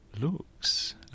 looks